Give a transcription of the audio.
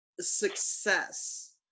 success